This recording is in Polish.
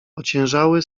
ociężały